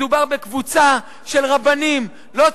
מדובר בקבוצה של רבנים לא ציונים,